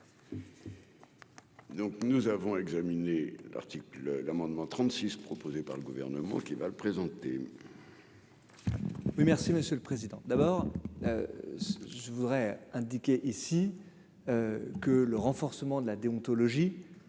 Donc nous avons examiné l'article l'amendement 36 proposée par le gouvernement qui va le présenter. Merci monsieur le président, d'abord je voudrais indiquer ici que le renforcement de la déontologie